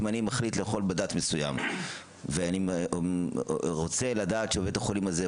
אם אני מחליט לאכול בד"ץ מסוים ואני רוצה לדעת שבית החולים הזה,